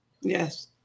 yes